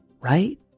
right